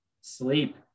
Sleep